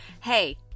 Hey